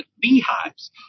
beehives